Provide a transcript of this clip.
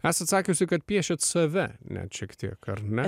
esat sakiusi kad piešėt save net šiek tiek ar ne